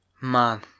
Man